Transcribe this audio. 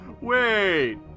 Wait